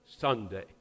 Sunday